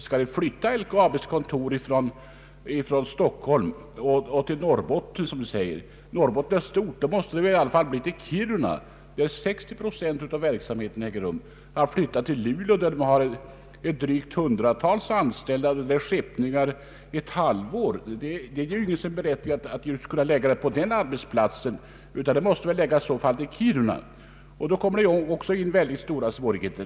Skall man flytta det från Stockholm till Norrbotten — Norrbotten är ju stort — så måste det väl bli till Kiruna, där 60 procent av verksamheten äger rum. Att flytta huvudkontoret till Luleå, där det bara finns ett drygt hundratal anställda och varifrån skeppningar bara kan ske under halva året, är inte berättigat. Men även omflyttning till Kiruna för med sig stora svårigheter.